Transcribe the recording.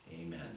Amen